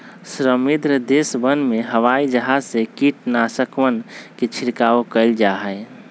समृद्ध देशवन में हवाई जहाज से कीटनाशकवन के छिड़काव कइल जाहई